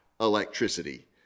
electricity